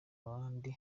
abandi